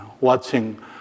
watching